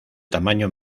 tamaño